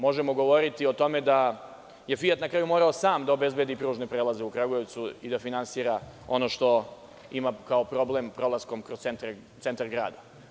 Možemo govoriti o tome da je Fijat na kraju morao sam da obezbedi pružne prelaze u Kragujevcu i da finansira ono što ima kao problem prolaskom kroz centar grada.